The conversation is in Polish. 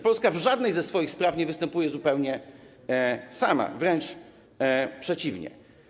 Polska w żadnej ze swoich spraw nie występuje zupełnie sama, wręcz przeciwnie.